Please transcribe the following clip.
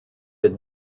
had